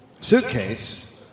suitcase